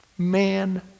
man